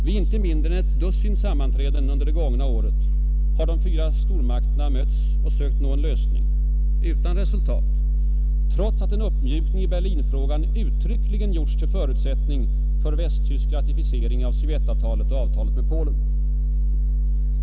Vid inte mindre än ett dussin sammanträden under det gångna året har de fyra stormakterna sökt nå en lösning — utan resultat trots att en uppmjukning i Berlinfrågan uttryckligen gjorts till förutsättning för västtysk ratificering av Sovjetavtalet och avtalet med Polen.